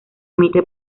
emite